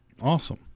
awesome